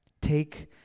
take